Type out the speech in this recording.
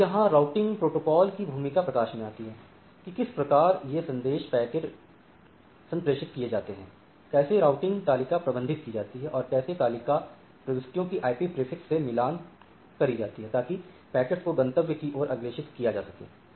तो अब यहां राउटिंग प्रोटोकोल की भूमिका प्रकाश में आती है कि किस प्रकार ये संदेश पैकेट संप्रेषित किए जाते हैं कैसे राउटिंग तालिका प्रबंधित की जाती है और कैसे तालिका प्रविष्टियों की IP प्रीफिक्स से मिलान करी जाती है ताकि पैकेट को गंतव्य की ओर अग्रेषित किया जा सके